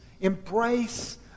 embrace